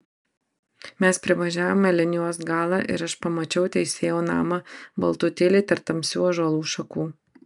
mes privažiavome linijos galą ir aš pamačiau teisėjo namą baltutėlį tarp tamsių ąžuolų šakų